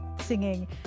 singing